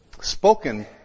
spoken